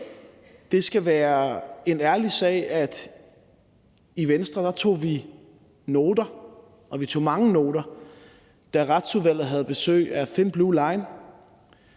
Det skal være en ærlig sag, at i Venstre tog vi noter og vi tog mange noter, da Retsudvalget havde besøg af Thin Blue Line,